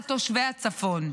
על תושבי הצפון.